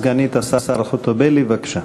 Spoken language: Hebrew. סגנית השר חוטובלי, בבקשה.